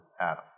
Adam